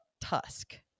Tusk